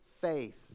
faith